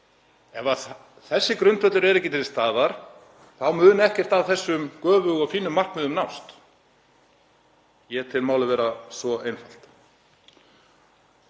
Ef þessi grundvöllur er ekki til staðar þá mun ekkert af þessum göfugu og fínu markmiðum nást. Ég tel málið vera svo einfalt.